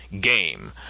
game